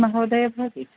महोदय भवति